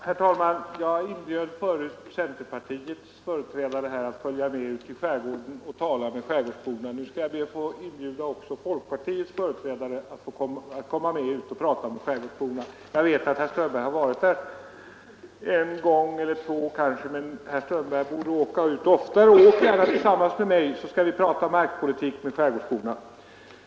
Herr talman! Jag inbjöd förut centerpartiets företrädare här att följa med ut i skärgården och tala med skärgårdsborna. Nu skall jag inbjuda också folkpartiets företrädare att komma med ut och prata med skärgårdsborna. Jag vet att herr Strömberg varit där en gång eller kanske två, men herr Strömberg borde åka ut oftare. Åk gärna tillsammans med mig, så skall vi tala markpolitik med skärgårdsborna.